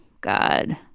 god